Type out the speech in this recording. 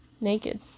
Naked